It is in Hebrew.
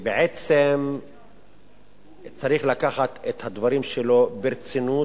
בעצם צריך לקחת את הדברים שלו ברצינות,